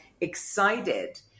excited